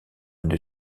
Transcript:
une